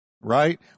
right